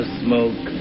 smoke